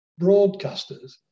broadcasters